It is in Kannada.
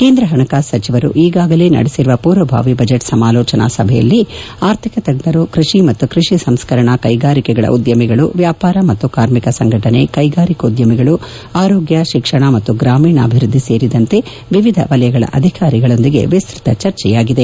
ಕೇಂದ್ರ ಹಣಕಾಸು ಸಚಿವರು ಈಗಾಗಲೇ ನಡೆಸಿರುವ ಪೂರ್ವಭಾವಿ ಬಜೆಟ್ ಸಮಾಲೋಚನಾ ಸಭೆಯಲ್ಲಿ ಅರ್ಥಿಕ ತಜ್ಞರು ಕೃತಿ ಮತ್ತು ಕೃತಿ ಸಂಸ್ಕರಣಾ ಕೈಗಾರಿಕೆಗಳ ಉದ್ಯಮಿಗಳು ವ್ಯಾಪಾರ ಮತ್ತು ಕಾರ್ಮಿಕ ಸಂಘಟನೆ ಕೈಗಾರಿಕೋದ್ಯಮಿಗಳು ಆರೋಗ್ಯ ಶಿಕ್ಷಣ ಮತ್ತು ಗ್ರಾಮೀಣಾಭಿವೃದ್ದಿ ಸೇರಿದಂತೆ ವಿವಿಧ ವಲಯಗಳ ಅಧಿಕಾರಿಗಳೊಂದಿಗೆ ವಿಸ್ನತ ಚರ್ಚೆ ನಡೆಸಿದ್ದಾರೆ